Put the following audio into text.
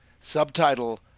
subtitle